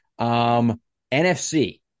NFC